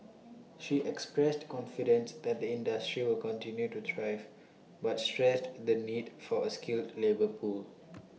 she expressed confidence that the industry will continue to thrive but stressed the need for A skilled labour pool